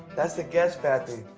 that's the guest bathroom.